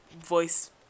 voice